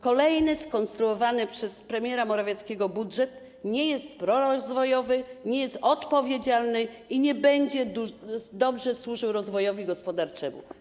Kolejny skonstruowany przez premiera Morawieckiego budżet nie jest prorozwojowy, nie jest odpowiedzialny i nie będzie dobrze służył rozwojowi gospodarczemu.